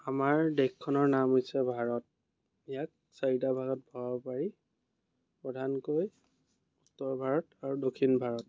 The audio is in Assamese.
আমাৰ দেশখনৰ নাম হৈছে ভাৰত ইয়াক চাৰিটা ভাগত ভগাব পাৰি প্ৰধানকৈ উত্তৰ ভাৰত আৰু দক্ষিণ ভাৰত